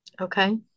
okay